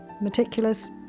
meticulous